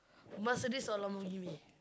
Mercedes or Lamborghini